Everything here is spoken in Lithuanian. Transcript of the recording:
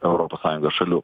europos sąjungos šalių